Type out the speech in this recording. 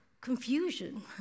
Confusion